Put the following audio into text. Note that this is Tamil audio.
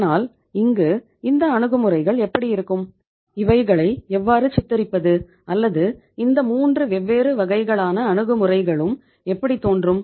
அதனால் இங்கு இந்த அணுகுமுறைகள் எப்படி இருக்கும் இவைகளை எவ்வாறு சித்தரிப்பது அல்லது இந்த மூன்று வெவ்வேறு வகைகளான அணுகுமுறைகளும் எப்படி தோன்றும்